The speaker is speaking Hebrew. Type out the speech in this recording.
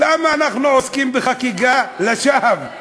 למה אנחנו עוסקים בחקיקה לשווא?